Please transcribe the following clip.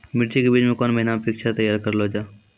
मिर्ची के बीज कौन महीना मे पिक्चर तैयार करऽ लो जा?